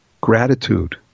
gratitude